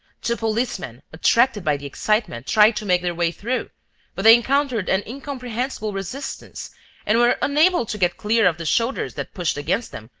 two policemen, attracted by the excitement, tried to make their way through but they encountered an incomprehensible resistance and were unable to get clear of the shoulders that pushed against them,